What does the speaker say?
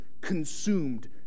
consumed